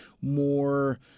more